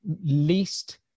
least